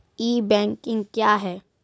ई banking क्या हैं?